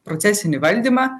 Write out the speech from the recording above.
procesinį valdymą